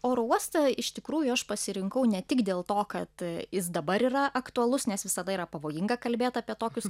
oro uostą iš tikrųjų aš pasirinkau ne tik dėl to kad jis dabar yra aktualus nes visada yra pavojinga kalbėt apie tokius